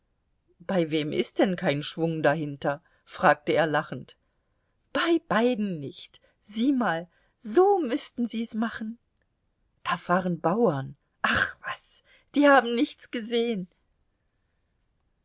bei wem ist denn kein schwung dahinter fragte er lachend bei beiden nicht sieh mal so müßten sie's machen da fahren bauern ach was die haben nichts gesehen